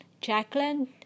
jacqueline